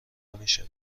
میشویم